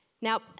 Now